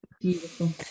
Beautiful